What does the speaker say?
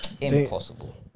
Impossible